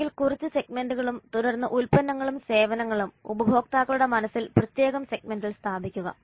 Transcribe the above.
അല്ലെങ്കിൽ കുറച്ച് സെഗ്മെന്റുകളും തുടർന്ന് ഉൽപ്പന്നങ്ങളും സേവനങ്ങളും ഉപഭോക്താക്കളുടെ മനസ്സിൽ പ്രത്യേക സെഗ്മെന്റിൽ സ്ഥാപിക്കുക